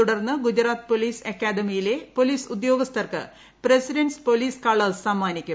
തുടർന്ന് ഗുജറാത്ത് പൊലീസ് അക്കാദമിയിലെ പൊലീസ് ഉദ്യോഗസ്ഥർക്ക് പ്രസിഡന്റ്സ് പൊലീസ് കളേഴ്സ് സമ്മാനിക്കും